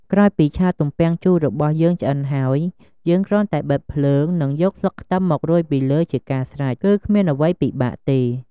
ក្រោយពីឆាទំពាំងជូររបស់យើងឆ្អិនហើយ យើងគ្រាន់តែបិទភ្លើង និងយកស្លឹកខ្ទឹមមករោយពីលើជាការស្រេច គឺគ្មានអ្វីពិបាកទេ។